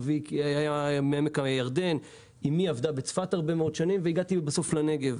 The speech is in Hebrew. אבי היה מעמק הירדן ואימי עבדה בצפת הרבה שנים ובסוף הגעתי לנגב.